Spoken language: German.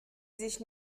sich